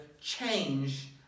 change